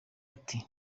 ati